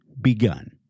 begun